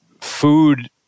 food